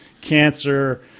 cancer